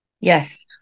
yes